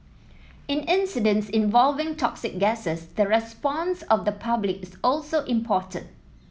in incidents involving toxic gases the response of the public is also important